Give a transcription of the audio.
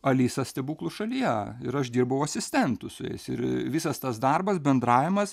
alisa stebuklų šalyje ir aš dirbau asistentu su jais ir visas tas darbas bendravimas